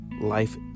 life